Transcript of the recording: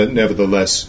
nevertheless